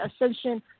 ascension